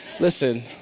Listen